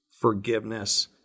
forgiveness